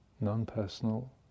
non-personal